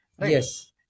Yes